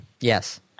Yes